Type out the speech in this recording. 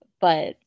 but-